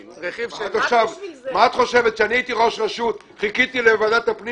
כשאני הייתי ראש רשות חיכיתי לוועדת הפנים